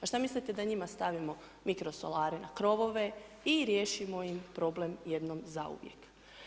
A šta mislite da njima stavimo mikro solare na krovove i riješimo im problem jednom zauvijek?